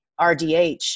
RDH